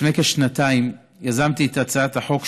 לפני כשנתיים יזמתי את הצעת החוק,